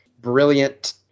brilliant